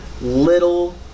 little